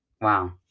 wow